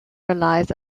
relies